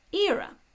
Era